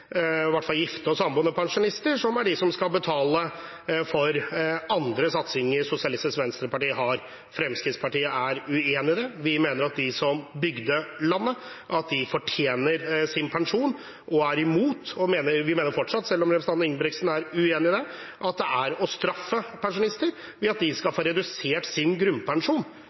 som er de som skal betale for andre satsinger Sosialistisk Venstreparti har. Fremskrittspartiet er uenig i det. Vi mener at de som bygde landet, fortjener sin pensjon, og vi mener fortsatt – selv om representanten Ingebrigtsen er uenig i det – at det er å straffe pensjonister, ved at de skal få redusert sin